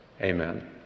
amen